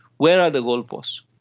where are the goalposts,